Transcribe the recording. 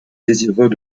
désireux